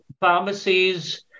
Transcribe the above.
pharmacies